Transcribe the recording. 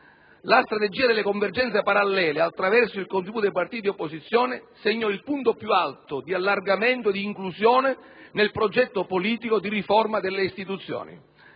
La strategia delle convergenze parallele, attraverso il contributo dei partiti di opposizione, segnò il punto più alto di allargamento e di inclusione nel progetto politico di riforma delle istituzioni.